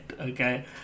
Okay